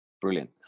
Brilliant